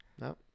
No